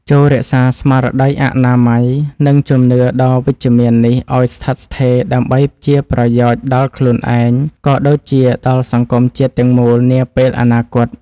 ចូររក្សាស្មារតីអនាម័យ និងជំនឿដ៏វិជ្ជមាននេះឱ្យស្ថិតស្ថេរដើម្បីជាប្រយោជន៍ដល់ខ្លួនឯង ក៏ដូចជាដល់សង្គមជាតិទាំងមូលនាពេលអនាគត។